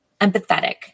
empathetic